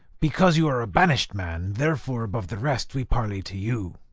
because you are a banish'd man, therefore, above the rest, we parley to you.